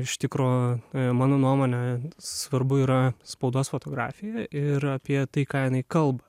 iš tikro mano nuomone svarbu yra spaudos fotografija ir apie tai ką jinai kalba